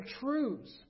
truths